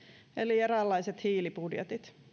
eli eräänlaiset hiilibudjetit